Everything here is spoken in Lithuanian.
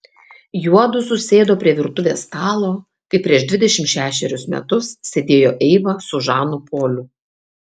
juodu susėdo prie virtuvės stalo kaip prieš dvidešimt šešerius metus sėdėjo eiva su žanu poliu